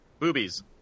Boobies